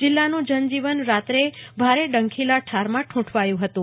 જીલ્લાનું જનજીવન રાત્રે તો ભારે ડંખીલાઠાર માં ઠંડવાયું હતું